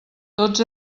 tots